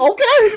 Okay